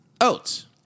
oats